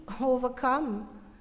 overcome